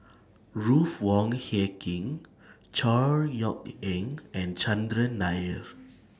Ruth Wong Hie King Chor Yeok Eng and Chandran Nair